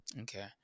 Okay